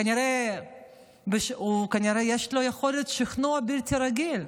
כנראה יש לו יכולת שכנוע בלתי רגילה.